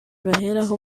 baheraho